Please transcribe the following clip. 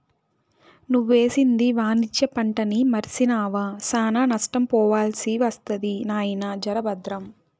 నువ్వేసింది వాణిజ్య పంటని మర్సినావా, శానా నష్టపోవాల్సి ఒస్తది నాయినా, జర బద్రం